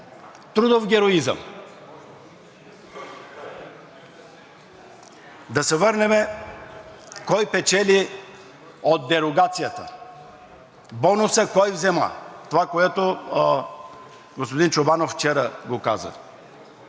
трудов героизъм. Да се върнем кой печели от дерогацията, бонуса кой взема – това, което господин Чобанов вчера го каза.